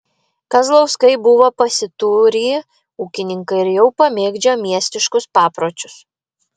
kazlauskai buvo pasiturį ūkininkai ir jau pamėgdžiojo miestiškus papročius